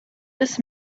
this